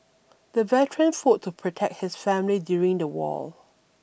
the veteran fought to protect his family during the war